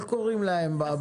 קוראים להם היום?